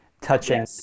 touching